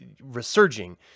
resurging